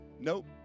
Nope